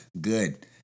Good